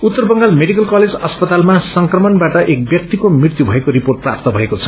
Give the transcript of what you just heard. उत्तर Bengal medical college अस्पतालमा संक्रमणबाट एक व्यक्तिको मृत्यु भएको रिपोर्ट प्रात भएको छ